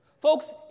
Folks